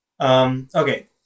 Okay